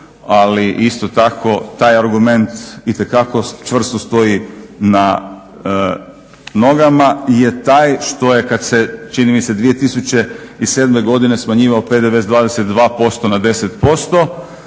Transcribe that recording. ali isto tako taj argument itekako čvrsto stoji na nogama, je taj što je kad se čini mi se 2007. godine smanjivao PDV s 22% na 10%